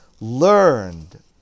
learned